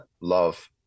love